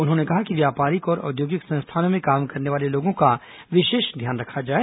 उन्होंने कहा कि व्यापारिक और औद्योगिक संस्थानों में काम करने वाले लोगों का विशेष ध्यान रखा जाए